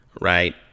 right